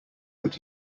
but